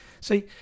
see